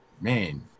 Man